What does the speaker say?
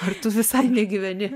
ar tu visai negyveni